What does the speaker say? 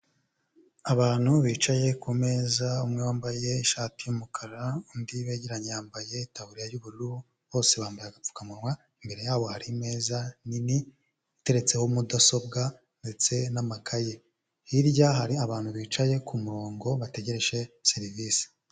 Abantu bicaye ku meza, umwe wambaye ishati y'umukara, undi begeranye yambaye itaburiya y'ubururu, bose bambaye agapfukamunwa, imbere yabo hari imeza nini, iteretseho mudasobwa ndetse n'amakaye. Hirya hari abantu bicaye ku murongo, bategereje serivise.